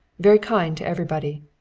very kind to everybody.